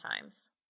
times